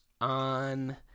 on